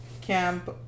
Camp